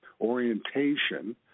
orientation